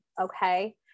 okay